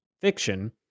fiction